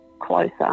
closer